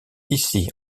ici